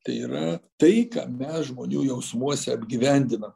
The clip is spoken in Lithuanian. tai yra tai ką mes žmonių jausmuose apgyvendinam